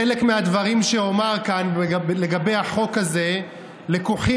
חלק מהדברים שאומר כאן לגבי החוק הזה לקוחים